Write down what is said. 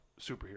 superhero